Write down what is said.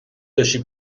داشتی